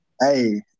Hey